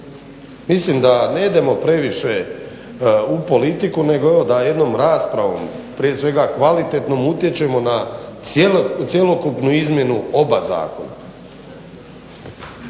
Mislim da ne idemo previše u politiku nego evo da jednom raspravom, prije svega kvalitetnom utječemo na cjelokupnu izmjenu oba zakona.